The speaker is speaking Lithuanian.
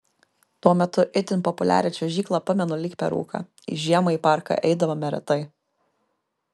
tuo metu itin populiarią čiuožyklą pamenu lyg per rūką žiemą į parką eidavome retai